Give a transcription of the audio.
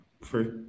free